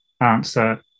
answer